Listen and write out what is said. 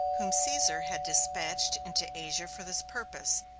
whom caesar had dispatched into asia for this purpose,